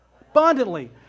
Abundantly